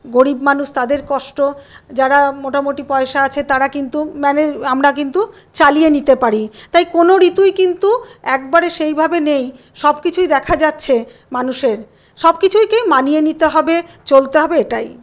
গরীব মানুষ তাদের কষ্ট যারা মোটামোটি পয়সা আছে তারা কিন্তু ম্যানেজ আমরা কিন্তু চালিয়ে নিতে পারি তাই কোনো ঋতুই কিন্তু একবারে সেইভাবে নেই সবকিছুই দেখা যাচ্ছে মানুষের সবকিছুকেই মানিয়ে নিতে হবে চলতে হবে এটাই